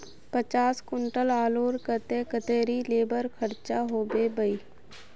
पचास कुंटल आलूर केते कतेरी लेबर खर्चा होबे बई?